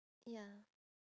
ya